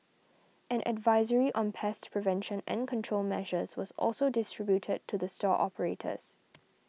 an advisory on pest prevention and control measures was also distributed to the store operators